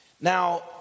now